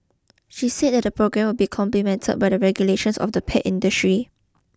she said that the programme will be complemented by the regulation of the pet industry